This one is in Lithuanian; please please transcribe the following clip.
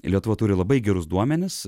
lietuva turi labai gerus duomenis